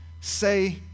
say